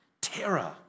Terror